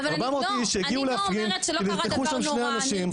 400 איש שהגיעו להפגין כי נרצחו שם שני אנשים,